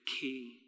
king